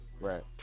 right